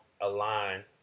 align